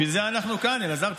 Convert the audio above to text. בשביל זה אנחנו כאן, אלעזר.